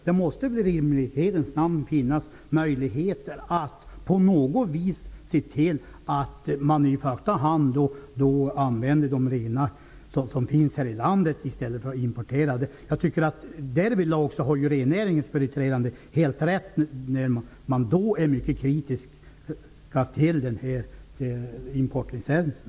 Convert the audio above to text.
Det måste väl i rimlighetens namn finnas möjligheter att på något vis se till att man i första hand använder de renar som finns här i landet i stället för att importera. Därvidlag har rennäringens företrädare helt rätt när de är mycket kritiska till denna inkonsekvens.